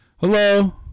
hello